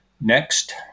next